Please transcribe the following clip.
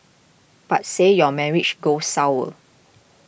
but say your marriage goes sour